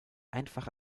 einfach